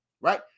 right